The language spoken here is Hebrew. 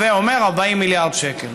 הווי אומר 40 מיליארד שקל.